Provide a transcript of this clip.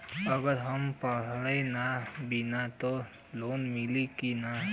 अगर हम पढ़ल ना बानी त लोन मिली कि ना?